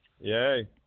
Yay